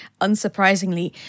unsurprisingly